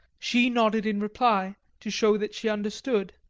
she nodded in reply to show that she understood.